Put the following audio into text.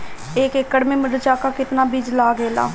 एक एकड़ में मिर्चा का कितना बीज लागेला?